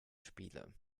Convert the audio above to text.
spiele